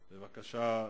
בבקשה,